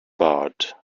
barred